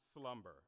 slumber